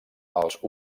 els